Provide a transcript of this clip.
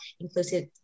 inclusive